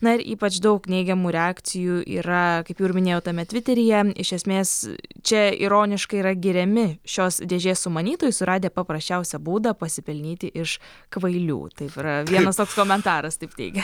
na ir ypač daug neigiamų reakcijų yra kaip jau ir minėjau tame tviteryje iš esmės čia ironiškai yra giriami šios dėžės sumanytojai suradę paprasčiausią būdą pasipelnyti iš kvailių taip yra vienas toks komentaras taip teigia